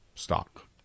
stock